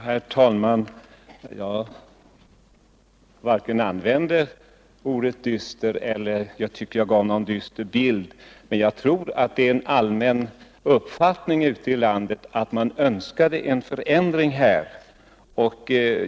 Herr talman! Jag använde inte ordet dyster och jag tycker inte heller att jag gav någon särskilt dyster bild av utredningsförslagen, men jag tror att det är en allmän uppfattning ute i landet att det behövs en ft indring.